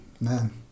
man